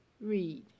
Read